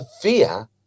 fear